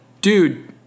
dude